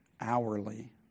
hourly